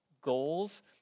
goals